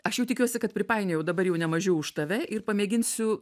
aš jau tikiuosi kad pripainiojau dabar jau nemažiau už tave ir pamėginsiu